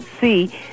see